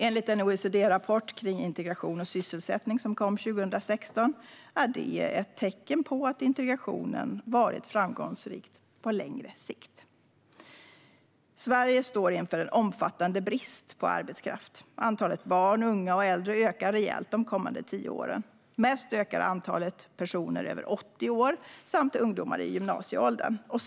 Enligt en OECD-rapport om integration och sysselsättning som kom 2016 är det ett tecken på att integrationen varit framgångsrik på längre sikt. Sverige står inför en omfattande brist på arbetskraft. Antalet barn, unga och äldre ökar rejält de kommande tio åren. Mest ökar antalet personer över 80 år samt ungdomar i gymnasieåldern.